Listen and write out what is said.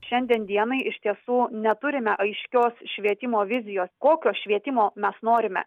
šiandien dienai iš tiesų neturime aiškios švietimo vizijos kokio švietimo mes norime